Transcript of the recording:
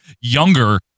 younger